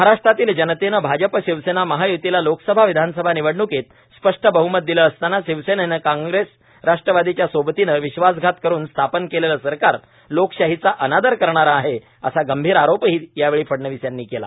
महाराष्ट्रातील जनतेने भाजपा शिवसेना महाय्तीला लोकसभा विधानसभा निवडण्कीत स्पष्ट बहमत दिले असताना शिवसेनेने काँग्रेस राष्ट्रवादीच्या सोबतीने विश्वासघात करून स्थापन केलेले सरकार लोकशाहीचा अनादर करणारे आहे असा गंभीर आरोपही यावेळी फडणवीस यांनी केला